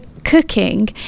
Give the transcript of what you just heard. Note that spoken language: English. cooking